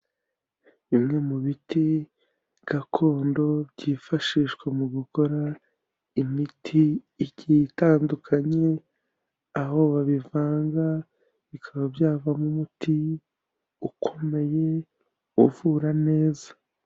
Bimwe mu biti gakondo byifashishwa mu gukora imiti igiye itandukanye, aho babivanga bikaba byavamo umuti ukomeye uvura neza.